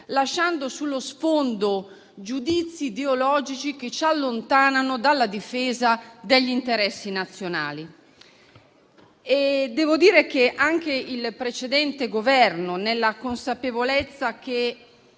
lasciando sullo sfondo giudizi ideologici che ci allontanano dalla difesa degli interessi nazionali. Devo dire che anche il precedente Governo, nella consapevolezza che